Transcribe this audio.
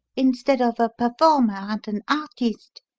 instead of a performer and an artist.